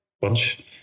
bunch